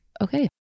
okay